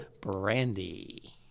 Brandy